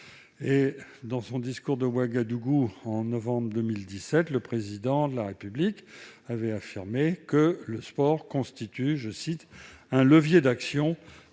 Dans son discours de Ouagadougou de novembre 2017, le Président de la République a affirmé que le sport constitue un « levier d'action